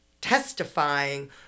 testifying